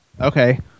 Okay